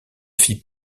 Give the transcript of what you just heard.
fit